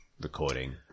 recording